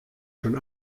schon